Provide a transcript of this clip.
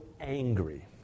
angry